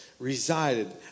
resided